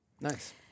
Nice